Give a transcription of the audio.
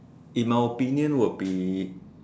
in my opinion would be